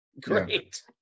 great